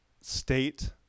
state